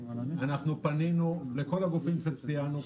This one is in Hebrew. פנינו לכל הגופים שציינו.